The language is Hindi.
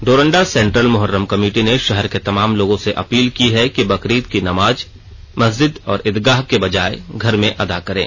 डोरंडा सेंट्रल मोहर्रम कमिटी ने शहर के तमाम लोगों सें अपील की है कि बकरीद की नमाज महजिद और ईदगाह के वजाय घर में अदा करें